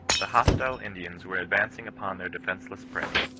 the hostile indians were advanc ing upon their defenceless prey.